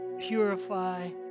purify